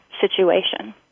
situation